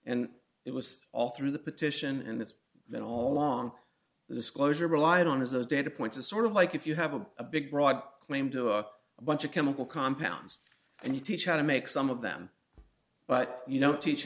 and it was all through the petition and it's been all along the disclosure relied on as those data points are sort of like if you have a big broad claim to a bunch of chemical compounds and you teach how to make some of them but you don't teach